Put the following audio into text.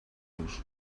los